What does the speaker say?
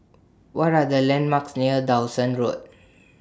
What Are The landmarks near Dawson Road